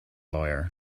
lawyer